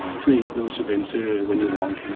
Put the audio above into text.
create those events ah when you want, and